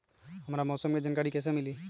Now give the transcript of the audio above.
हमरा मौसम के जानकारी कैसी मिली?